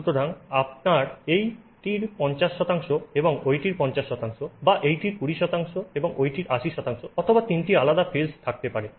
সুতরাং আপনার এইটির 50 এবং ওইটির 50 বা এইটির 20 এবং ওইটির 80 অথবা তিনটি আলাদা আলাদা ফেজ থাকতে পারে